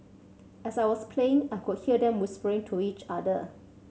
as I was playing I could hear them whispering to each other